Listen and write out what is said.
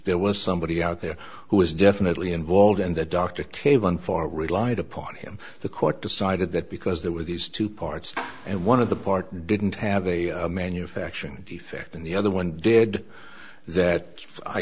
there was somebody out there who was definitely involved in the doctor cavan for relied upon him the court decided that because there were these two parts and one of the part didn't have a manufacturing defect and the other one did that i